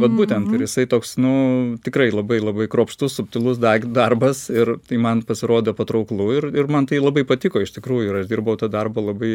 vat būtent ir jisai toks nu tikrai labai labai kruopštus subtilus darbas ir tai man pasirodo patrauklu ir ir man tai labai patiko iš tikrųjų ir aš dirbau tą darbą labai